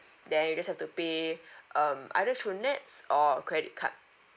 then you just have to pay um either through nets or credit card